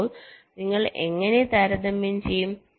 അപ്പോൾ നിങ്ങൾ എങ്ങനെ താരതമ്യം ചെയ്യും